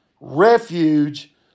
refuge